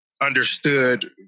understood